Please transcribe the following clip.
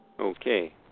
Okay